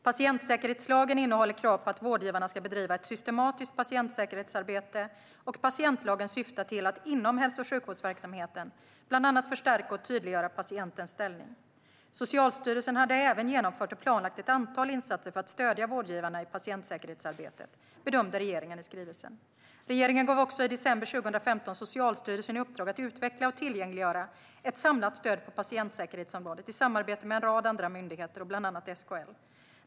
Patientsäkerhetslagen innehåller krav på att vårdgivarna ska bedriva ett systematiskt patientsäkerhetsarbete, och patientlagen syftar till att inom hälso och sjukvårdsverksamheten bland annat förstärka och tydliggöra patientens ställning. Socialstyrelsen hade även genomfört och planlagt ett antal insatser för att stödja vårdgivarna i patientsäkerhetsarbetet, bedömde regeringen i skrivelsen. Regeringen gav också i december 2015 Socialstyrelsen i uppdrag att utveckla och tillgängliggöra ett samlat stöd på patientsäkerhetsområdet, i samarbete med en rad andra myndigheter och bland annat SKL.